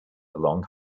along